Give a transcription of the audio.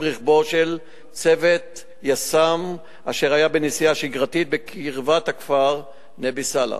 רכבו של צוות יס"מ אשר היה בנסיעה שגרתית בקרבת הכפר נבי-סאלח.